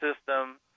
system